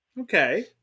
Okay